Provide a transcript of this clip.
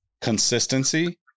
consistency